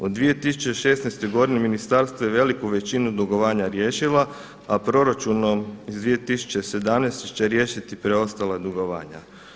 U 2016. godini ministarstvo je veliku većinu dugovanja riješila, a proračunom iz 2017. će riješiti preostala dugovanja.